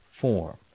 form